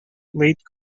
late